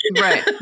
Right